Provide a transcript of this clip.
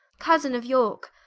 cosin of yorke,